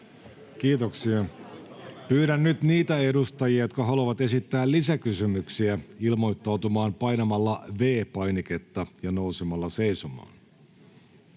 Kiitoksia. — Pyydän nyt niitä edustajia, jotka haluavat esittää lisäkysymyksiä, ilmoittautumaan painamalla V-painiketta ja nousemalla seisomaan.